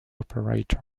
operator